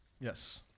Yes